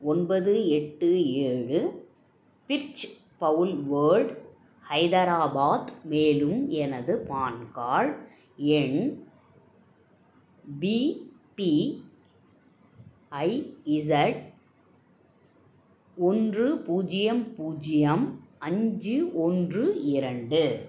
ஒன்பது எட்டு ஏழு பிர்ச் பவுல்வேர்ட் ஹைதராபாத் மேலும் எனது பான் கார்டு எண் பி பி ஐ இசெட் ஒன்று பூஜ்ஜியம் பூஜ்ஜியம் அஞ்சு ஒன்று இரண்டு